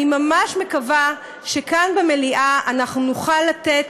אני ממש מקווה שכאן במליאה אנחנו נוכל לתת